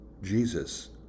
Jesus